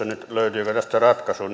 nyt ratkaisu